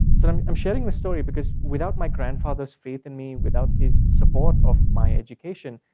so i'm i'm sharing this story because without my grandfather's faith in me, without his support of my education,